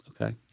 Okay